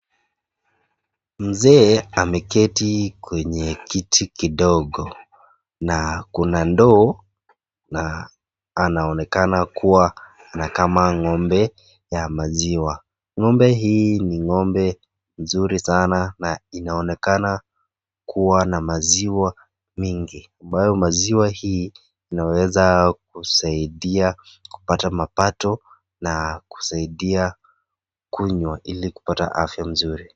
Mzee ameketi kwenye kiti kidogo na kuna ndoo na anaonekana kuwa anakama ng'ombe ya maziwa. Ng'ombe hii ni ng'ombe mzuri sana na inaonekana kuwa na maziwa mingi ambayo maziwa hii inaweza kusaidia kupata mapato na kusaidia kunywa ili kupata afya nzuri.